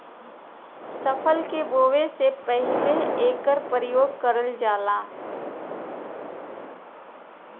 फसल के बोवे से पहिले एकर परियोग करल जाला